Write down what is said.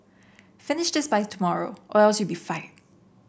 finish this by tomorrow or you'll to be fired